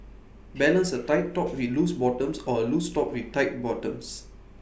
balance A tight top with loose bottoms or A loose top with tight bottoms